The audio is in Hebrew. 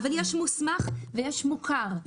אבל יש מוסמך ויש מוכר.